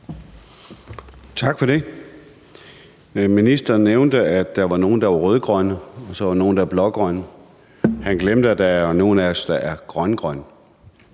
Tak for det. Ministeren nævnte, at der var nogle, der var rød-grønne, og så var der andre, der var blå-grønne. Han glemte, at der er nogle af os, der er grøn-grønne.